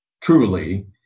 truly